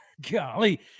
golly